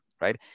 right